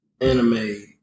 anime